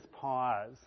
pause